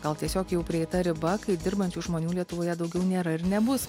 gal tiesiog jau prieita riba kai dirbančių žmonių lietuvoje daugiau nėra ir nebus